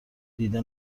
دیده